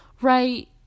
right